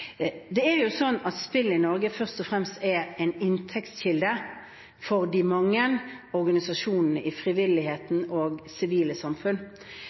Spill i Norge er først og fremst en inntektskilde for de mange organisasjonene i frivilligheten og i det sivile